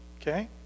Okay